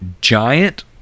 giant